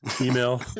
Email